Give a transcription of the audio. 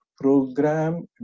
program